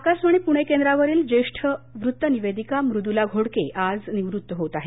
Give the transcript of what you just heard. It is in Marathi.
निवृत्त आकाशवाणी पुणे केंद्रावरील ज्येष्ठ वृत्तनिवेदिका मृदूला घोडके आज निवृत्त होत आहेत